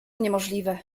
niemożliwe